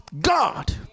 God